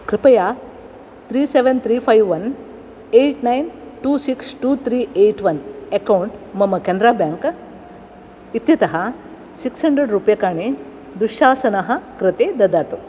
कृपया three seven three five one eight nine two six two three eight one account मम Canara bank इत्यतः six hundred रूप्यकाणि दुःशासनः कृते ददातु